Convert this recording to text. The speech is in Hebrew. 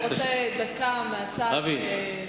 אתה רוצה דקה מהצד להעלות,